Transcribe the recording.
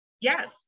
Yes